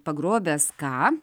pagrobęs ką